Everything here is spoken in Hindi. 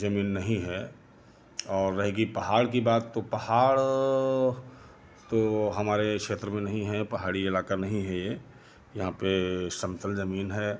जमीन नहीं है और रहेगी पहाड़ की बात तो पहाड़ तो हमारे क्षेत्र में नहीं है पहाड़ी इलाका नहीं है ये यहाँ पे समतल जमीन है